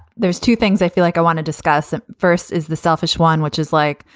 there's two things i feel like i want to discuss. ah first is the selfish one, which is like,